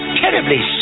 terribly